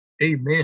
Amen